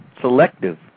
selective